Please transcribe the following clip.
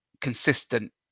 consistent